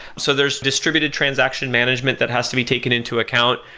so there's distributed transaction management that has to be taken into account,